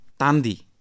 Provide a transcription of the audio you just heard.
Tandi